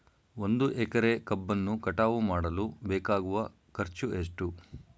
ಒಂದು ಎಕರೆ ಕಬ್ಬನ್ನು ಕಟಾವು ಮಾಡಲು ಬೇಕಾಗುವ ಖರ್ಚು ಎಷ್ಟು?